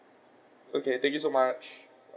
okay thank you so much